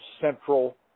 central